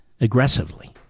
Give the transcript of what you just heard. aggressively